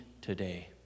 today